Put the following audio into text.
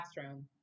classroom